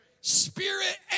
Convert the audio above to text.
spirit